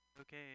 Okay